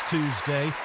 Tuesday